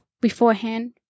beforehand